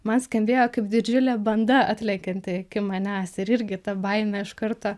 man skambėjo kaip didžiulė banda atlekianti iki manęs ir irgi ta baimė iš karto